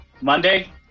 Monday